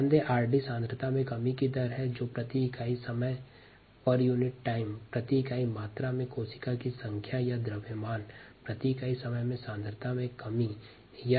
rdkdxv यहाँ 𝑥d सांद्रता में कमी की दर है जो प्रति इकाई समय पर कोशिका की इकाई संख्या या द्रव्यमान में इकाई समय में सांद्रता में कमी है